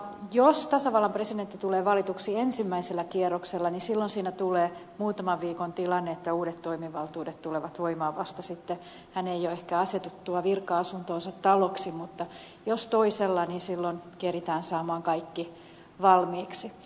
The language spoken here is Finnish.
jos tasavallan presidentti tulee valituksi ensimmäisellä kierroksella niin silloin siinä tulee muutaman viikon tilanne että uudet toimivaltuudet tulevat voimaan vasta sitten hänen jo ehkä asetuttuaan virka asuntoonsa taloksi mutta jos toisella niin silloin keritään saamaan kaikki valmiiksi